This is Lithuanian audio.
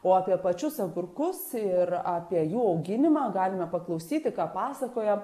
o apie pačius agurkus ir apie jų auginimą galime paklausyti ką pasakojo